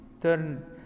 turn